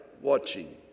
watching